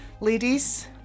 Ladies